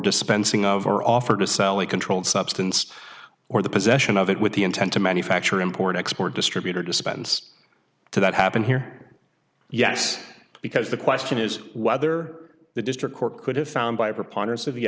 dispensing of or offer to sell a controlled substance or the possession of it with the intent to manufacture import export distributor dispense to that happened here yes because the question is whether the district court could have found by a preponderance of the